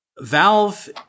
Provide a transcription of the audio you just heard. Valve